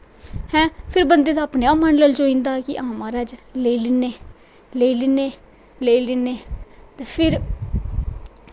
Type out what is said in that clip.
हैं फिर बंदे दा अपने आप मन ललचोई जंदा हां मारज लेई लैन्ने लेआ लेन्ने ते फिर